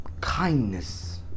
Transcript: Kindness